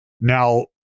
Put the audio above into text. now